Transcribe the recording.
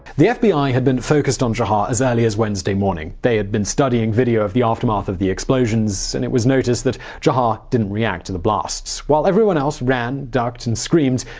the fbi had been focused on jahar as early as wednesday morning. they had been studying video of the aftermath of the explosions. and it was noticed that jahar didn't react to the blasts. while everyone one else ran ducked and screamed,